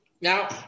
Now